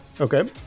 Okay